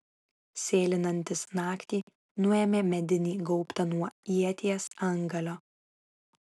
sėlinantis naktį nuėmė medinį gaubtą nuo ieties antgalio